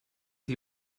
sie